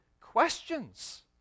questions